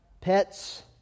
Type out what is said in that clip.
pets